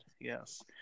yes